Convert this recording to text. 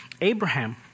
Abraham